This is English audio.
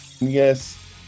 Yes